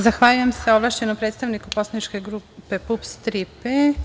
Zahvaljujem se ovlašćenom predstavniku Poslaničke grupe PUPS „Tri P“